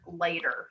later